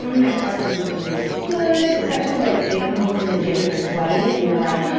my partner's looking really good, especially like they come home from the gym and they're sweaty and you're like,